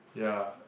ya